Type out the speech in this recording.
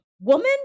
woman